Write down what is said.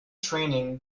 training